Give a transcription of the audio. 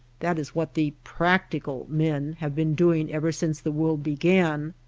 that is what the practical men' have been doing ever since the world began.